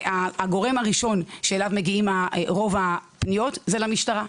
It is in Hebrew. הגורם הראשון שאליו מגיעות רוב הפניות זה למשטרה.